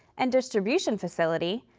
and distribution facility,